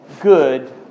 good